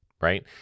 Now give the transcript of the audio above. right